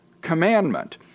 commandment